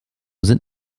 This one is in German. sind